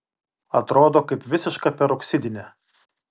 atrodo kaip visiška peroksidinė